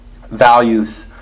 Values